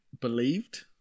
believed